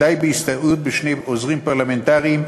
די בהסתייעות בשני עוזרים פרלמנטריים,